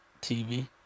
TV